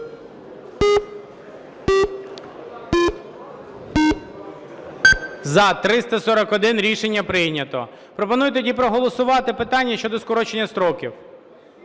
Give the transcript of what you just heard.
За-341 Рішення прийнято. Пропоную тоді проголосувати питання щодо скорочення строків.